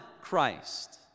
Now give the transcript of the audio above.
Christ